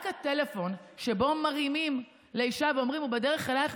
רק הטלפון שמרימים לאישה ואומרים: הוא בדרך אלייך,